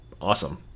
awesome